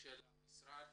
של המשרד